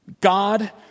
God